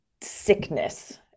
sickness